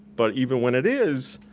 but even when it is,